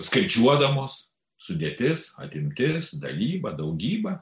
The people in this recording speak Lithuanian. skaičiuodamos sudėtis atimtis dalybą daugybą